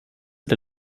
der